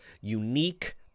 unique